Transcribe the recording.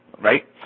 right